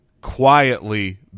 quietly